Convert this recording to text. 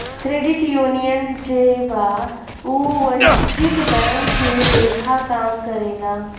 credit union जे बा उ वाणिज्यिक बैंक के लेखा काम करेला